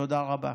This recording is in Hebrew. תודה רבה.